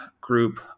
group